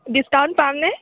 discount পামনে